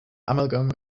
amalgam